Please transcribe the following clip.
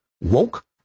woke